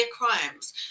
crimes